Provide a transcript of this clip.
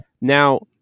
Now